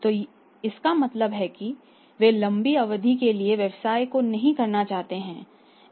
तो इसका मतलब है कि वे लंबी अवधि के लिए व्यवसाय को नहीं करना चाहते हैं